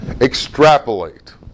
extrapolate